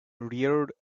reared